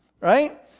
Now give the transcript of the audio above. right